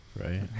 right